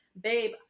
babe